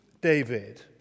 David